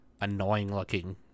annoying-looking